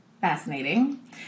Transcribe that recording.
Fascinating